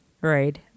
right